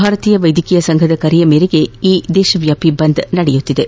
ಭಾರತೀಯ ವೈದ್ಯಕೀಯ ಸಂಘದ ಕರೆಯ ಮೇರೆಗೆ ಈ ದೇಶವಾಪಿ ಬಂದ್ ನಡೆಸಲಾಗುತ್ತಿದೆ